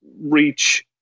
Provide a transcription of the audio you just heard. reach